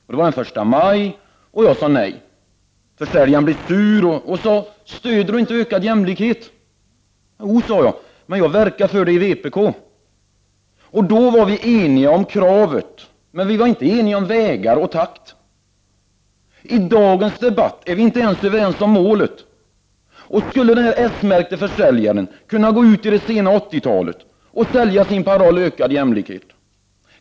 Det var den 1 maj. Jag sade nej. Försäljaren blev sur och frågade: Stöder du inte kravet på ökad jämlikhet? Jo, sade jag, men jag verkar för en sådan i vpk. Då var vi eniga om det kravet, men inte om vägar eller om takten. I dagens debatt är vi inte ens överens om målet. Kan den här s-märkte försäljaren gå ut i dag — när det är sent 80-tal — och sälja sitt märke under parollen Ökad jämlikhet?